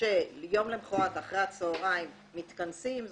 של יום למחרת אחרי הצהריים מתכנסים,